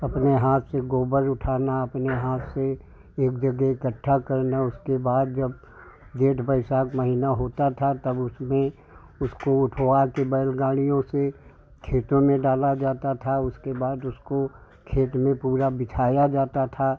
अपने हाथ से गोबर उठाना अपने हाथ से एक जगह इकट्ठा करना उसके बाद जब जेठ बैसाख महीना होता था तब उसमें उसको उठवाकर बैलगाड़ियों से खेतों में डाला जाता था उसके बाद उसको खेत में पूरा बिछाया जाता था